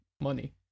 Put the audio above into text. money